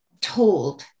told